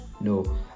No